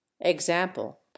Example